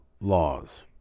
laws